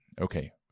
Okay